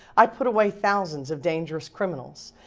i put away thousands of dangerous criminals.